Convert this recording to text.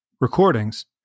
recordings